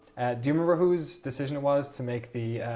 do you remember whose decision it was to make the,